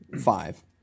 five